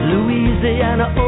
Louisiana